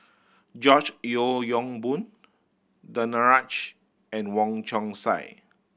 George Yeo Yong Boon Danaraj and Wong Chong Sai